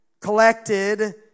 collected